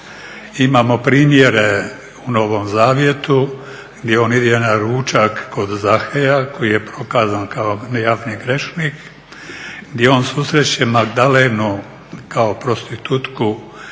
Imamo primjere u Novom Zavjetu gdje on ide na ručak kod Zaheja koji je prokazat kao …/Govornik se ne razumije./… grešnik, gdje on susreće Magdalenu kao prostitutku i